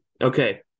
Okay